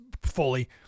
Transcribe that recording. fully